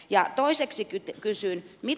ja toiseksi kysyn